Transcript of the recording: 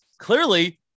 clearly